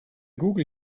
google